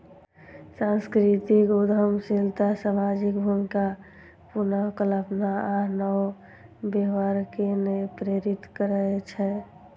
सांस्कृतिक उद्यमशीलता सामाजिक भूमिका पुनर्कल्पना आ नव व्यवहार कें प्रेरित करै छै